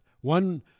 One